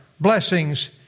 blessings